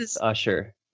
Usher